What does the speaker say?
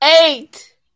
Eight